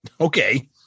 Okay